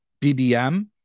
BBM